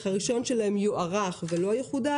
הרישיון שלך יוארך ולא יחודש,